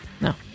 No